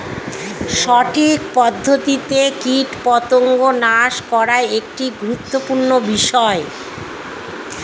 সঠিক পদ্ধতিতে কীটপতঙ্গ নাশ করা একটি গুরুত্বপূর্ণ বিষয়